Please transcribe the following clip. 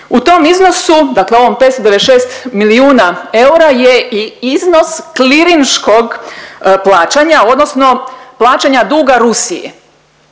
U tom iznosu, dakle ovom 596 milijuna eura je i iznos klirinškog plaćanja odnosno plaćanja duga Rusije,